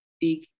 big